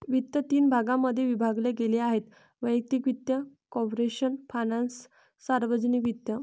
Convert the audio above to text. वित्त तीन भागांमध्ये विभागले गेले आहेः वैयक्तिक वित्त, कॉर्पोरेशन फायनान्स, सार्वजनिक वित्त